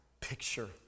picture